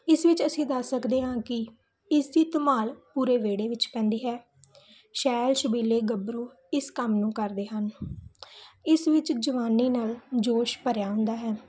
ਇਸ ਵਿੱਚ ਅਸੀਂ ਦੱਸ ਸਕਦੇ ਹਾਂ ਕਿ ਇਸ ਦੀ ਧਮਾਲ ਪੂਰੇ ਵਿਹੜੇ ਵਿੱਚ ਪੈਂਦੀ ਹੈ ਛੈਲ ਛਬੀਲੇ ਗੱਭਰੂ ਇਸ ਕੰਮ ਨੂੰ ਕਰਦੇ ਹਨ ਇਸ ਵਿੱਚ ਜਵਾਨੀ ਨਾਲ ਜੋਸ਼ ਭਰਿਆ ਹੁੰਦਾ ਹੈ